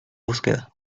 búsqueda